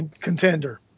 Contender